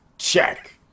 check